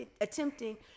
attempting